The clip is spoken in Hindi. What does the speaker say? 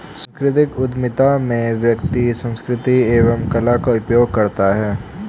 सांस्कृतिक उधमिता में व्यक्ति संस्कृति एवं कला का उपयोग करता है